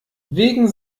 wegen